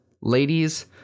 ladies